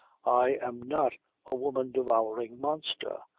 i am not a women-devouring monster.